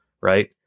Right